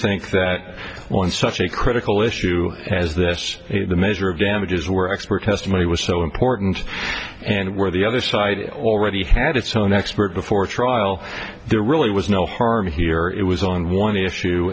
think that on such a critical issue as this the measure of damages where expert testimony was so important and where the other side already had its own expert before trial there really was no harm here it was on one issue